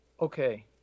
okay